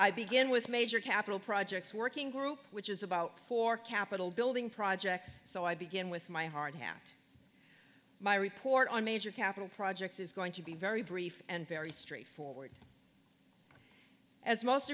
i begin with major capital projects working group which is about for capital building projects so i begin with my hardhat my report on major capital projects is going to be very brief and very straightforward as most